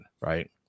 right